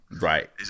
Right